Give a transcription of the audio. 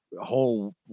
whole